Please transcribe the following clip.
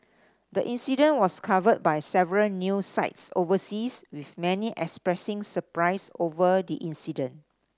the incident was covered by several news sites overseas with many expressing surprise over the incident